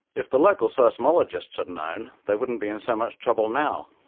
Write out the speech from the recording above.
if the local seismologists had known, they wouldn't be in so much trouble now.